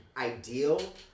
ideal